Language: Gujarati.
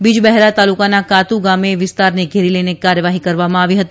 બીજબહેરા તાલુકાના કાતુ ગામે વિસ્તારને ઘેરી લઇને કાર્યવાહી કરવામાં આવી હતી